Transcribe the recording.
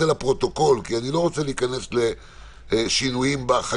אני רוצה להוסיף על זה ולומר שבמסגרת תוכנית